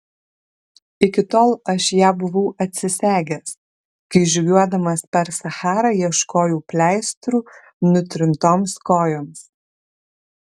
iki tol aš ją buvau atsisegęs kai žygiuodamas per sacharą ieškojau pleistrų nutrintoms kojoms